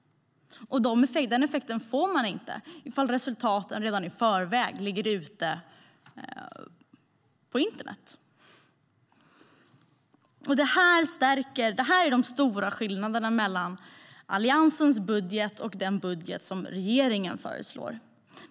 Den effekten får man inte om proven redan ligger ute på internet. I fråga om detta finns de stora skillnaderna mellan Alliansens budget och regeringens budget.